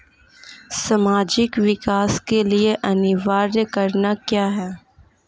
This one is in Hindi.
सामाजिक विकास के लिए अनिवार्य कारक क्या है?